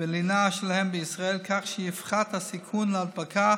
ולינה שלהם בישראל כך שיפחת הסיכון להדבקה